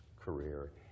career